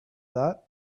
that